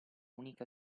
unica